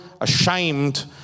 ashamed